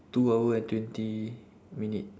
two hour and twenty minute